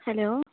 hello